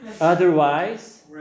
Otherwise